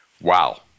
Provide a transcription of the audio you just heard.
Wow